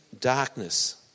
darkness